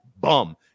bum